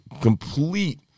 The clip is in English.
complete